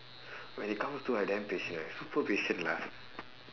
when it comes to her I damn patient I super patient lah